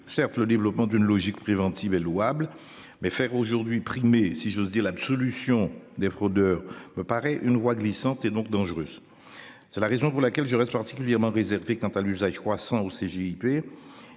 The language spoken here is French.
certes le développement d'une logique préventive est louable mais faire aujourd'hui. Si j'ose dire l'absolution des fraudeurs me paraît une voie glissante et donc dangereuse. C'est la raison pour laquelle je reste particulièrement réservé quant à l'usage croissant au CGIP.